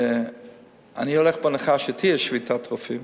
אני הולך בהנחה שתהיה שביתת רופאים,